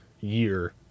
year